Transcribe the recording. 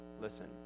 listen